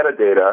metadata